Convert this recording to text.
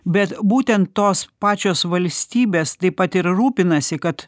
bet būtent tos pačios valstybės taip pat ir rūpinasi kad